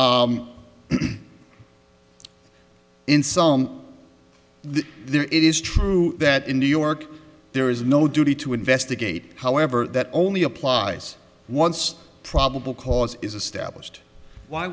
there it is true that in new york there is no duty to investigate however that only applies once probable cause is a stablished why